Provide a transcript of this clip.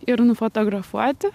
ir nufotografuoti